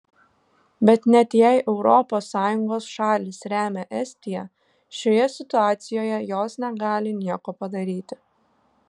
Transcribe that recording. bet net jei europos sąjungos šalys remia estiją šioje situacijoje jos negali nieko padaryti